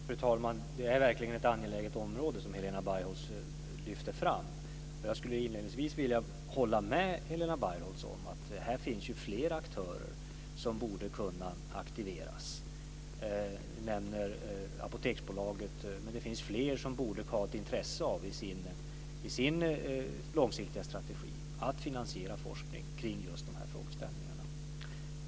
Fru talman! Det är verkligen ett angeläget område som Helena Bargholtz lyfter fram. Jag skulle inledningsvis vilja hålla med Helena Bargholtz om att det här finns flera aktörer som borde kunna aktiveras. Hon nämner Apoteksbolaget. Det finns också fler som borde ha ett intresse av, i sin långsiktiga strategi, att finansiera forskning kring just de här frågeställningarna.